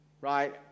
right